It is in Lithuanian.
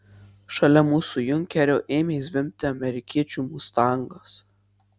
šalia mūsų junkerio ėmė zvimbti amerikiečių mustangas